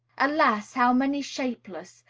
alas! how many shapeless,